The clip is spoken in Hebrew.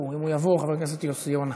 אם הוא יבוא, חבר הכנסת יוסי יונה.